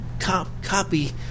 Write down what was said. Copy